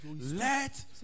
let